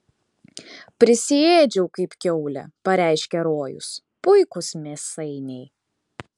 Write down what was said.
prisiėdžiau kaip kiaulė pareiškė rojus puikūs mėsainiai